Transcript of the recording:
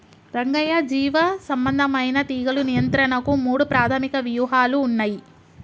రంగయ్య జీవసంబంధమైన తీగలు నియంత్రణకు మూడు ప్రాధమిక వ్యూహాలు ఉన్నయి